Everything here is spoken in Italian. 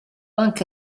anche